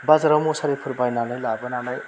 बाजाराव मुसारिफोर बायनानै लाबोनानै